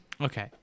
Okay